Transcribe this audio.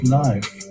life